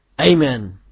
amen